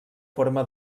forma